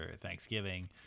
thanksgiving